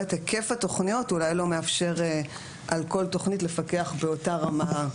היקף התוכניות אולי לא מאפשר על כל תוכנית לפקח באותה רמה.